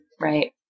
Right